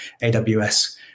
AWS